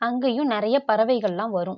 அங்கேயும் நிறைய பறவைகள்லாம் வரும்